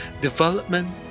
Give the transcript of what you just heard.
development